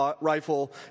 rifle